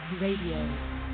Radio